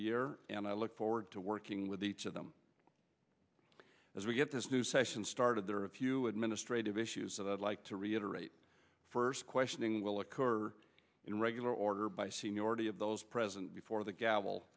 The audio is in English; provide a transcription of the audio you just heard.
year and i look forward to working with each of them as we get this new session started there are a few administrative issues that i'd like to reiterate first questioning will occur in regular order by seniority of those present before the ga